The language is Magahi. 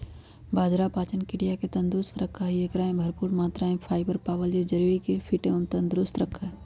बाजरा पाचन क्रिया के तंदुरुस्त रखा हई, एकरा में भरपूर मात्रा में फाइबर पावल जा हई जो शरीर के फिट एवं तंदुरुस्त रखा हई